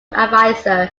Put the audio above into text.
advisor